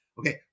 Okay